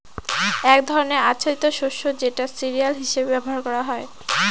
এক ধরনের আচ্ছাদিত শস্য যেটা সিরিয়াল হিসেবে ব্যবহার করা হয়